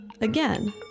again